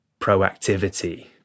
proactivity